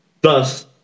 Thus